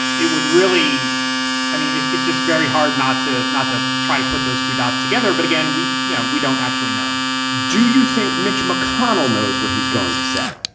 it would really i mean, it's it's just very hard not to not to try to put those two dots together. but again, we you know, we don't actually know do you think mitch mcconnell knows what he's going to say?